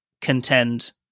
contend